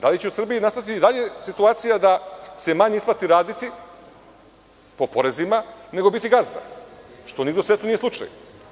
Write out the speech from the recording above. Da li će u Srbiji nastati i dalje situacija da se manje isplati raditi po porezima, nego biti gazda, što nigde u svetu nije slučaj?